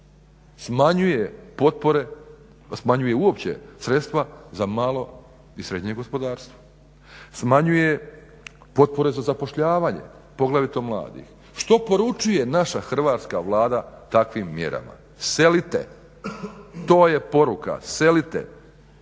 Smanjuje potpore, smanjuje uopće sredstva za malo i srednje gospodarstvo, smanjuje potpore za zapošljavanje poglavito mladih, što poručuje naša hrvatska Vlada takvim mjerama? Selite, to je poruka, selite,